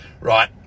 Right